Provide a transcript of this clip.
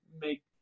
make